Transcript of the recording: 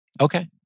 Okay